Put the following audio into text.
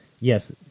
Yes